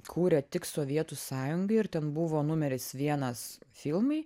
kūrė tik sovietų sąjungai ir ten buvo numeris vienas filmai